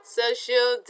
social